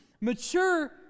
mature